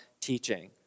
teaching